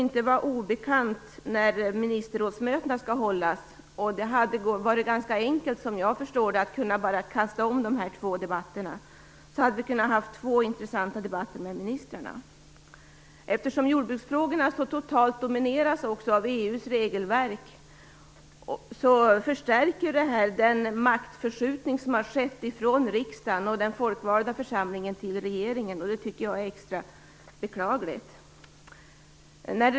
När ministerrådsmötena skall hållas kan inte vara obekant, och det hade vad jag förstår varit ganska enkelt att kasta om tidpunkterna för dessa två debatter. Då hade vi haft två intressanta debatter med ministrarna. Eftersom jordbruksfrågorna också så totalt domineras av EU:s regelverk, förstärker detta den maktförskjutning som har skett ifrån riksdagen, den folkvalda församlingen, till regeringen. Det är extra beklagligt.